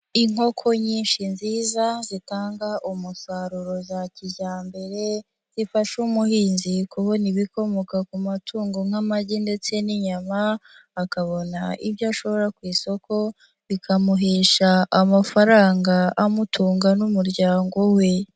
Inkoko nyinshi nziza zitanga umusaruro za kijyambere zifasha umuhinzi kubona ibikomoka ku matungo nk'amagi ndetse n'inyama, akabona ibyo ashora ku isoko bikamuhesha amafaranga amutunga n'umuryango we.